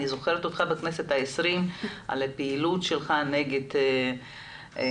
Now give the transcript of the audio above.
אני זוכרת אותך בכנסת העשרים על הפעילות שלך נגד הדבר